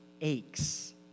aches